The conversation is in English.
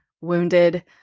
wounded